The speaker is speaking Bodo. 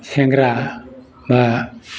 सेंग्रा बा